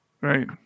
Right